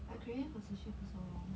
I craving for sushi for so long